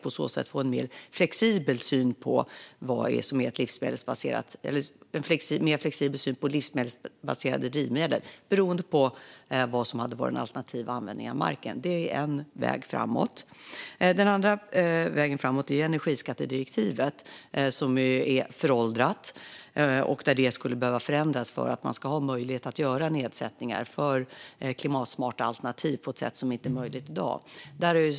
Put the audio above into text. På så sätt kan man få en mer flexibel syn på livsmedelsbaserade drivmedel, beroende på vad som hade varit den alternativa användningen av marken. Det är en väg framåt. Den andra vägen framåt är energiskattedirektivet, som är föråldrat. Det skulle behöva förändras för att man ska ha möjlighet att göra nedsättningar för klimatsmarta alternativ på ett sätt som inte är möjligt i dag.